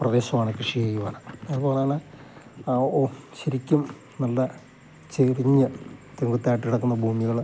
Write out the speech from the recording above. പ്രദേശമാണ് കൃഷി ചെയ്യുവാൻ അതുപോലെതന്നെ ഓ ശരിക്കും നല്ല ചെരിഞ്ഞ് ചെങ്കുത്തായിട്ട് കിടക്കുന്ന ഭൂമികൾ